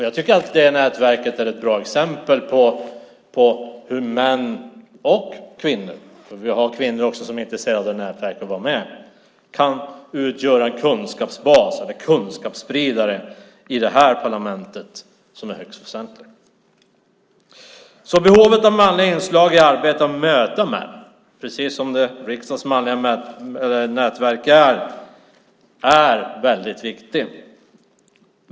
Jag tycker att det nätverket är ett bra exempel på hur män och kvinnor - det finns också kvinnor som är intresserade av att vara med i nätverket - kan utgöra kunskapsbas och kunskapsspridare i det här parlamentet, vilket är högst väsentligt. Behovet av manliga inslag i arbetet med att möta män, precis som i riksdagens manliga nätverk, är väldigt viktigt.